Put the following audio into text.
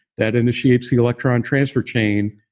that initiates the electron transfer chain.